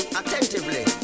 attentively